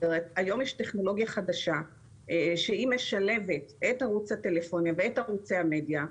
היום יש טכנולוגיה חדשה שמשלבת את ערוץ הטלפוניה ואת ערוצי המדיה.